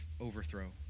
overthrow